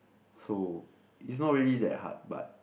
so it's not really that hard but